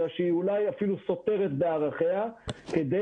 אלא שהיא אולי אפילו סותרת בערכיה כדי